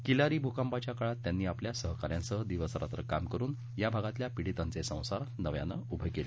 किल्लारी भूकंपाच्या काळात त्यांनी आपल्या सहकाऱ्यांसह दिवसरात्र काम करून या भागातील पिडीतांचे संसार नव्याने उभे केले